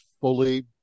fully